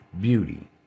beauty